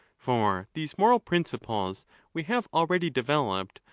for these moral principles we have already developed,